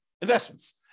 investments